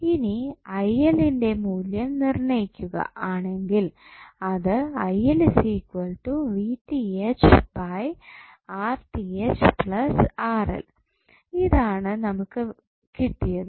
ഇനി ന്റെ മൂല്യം നിർണ്ണയിക്കുക ആണെങ്കിൽ അത് ഇതാണ് നമുക്ക് കിട്ടിയത്